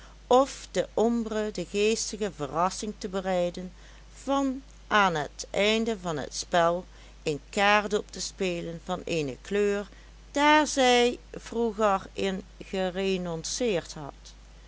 of den ombre de geestige verrassing te bereiden van aan het einde van het spel een kaart op te spelen van eene kleur daar zij vroeger in gerenonceerd had